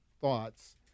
thoughts